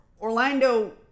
Orlando